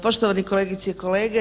Poštovane kolegice i kolege.